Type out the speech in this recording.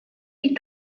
die